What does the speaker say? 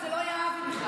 זה לא היה אבי בכלל.